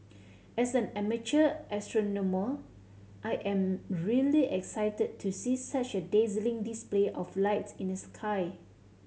as an amateur astronomer I am really excited to see such a dazzling display of lights in the sky